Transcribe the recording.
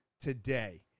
today